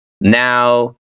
Now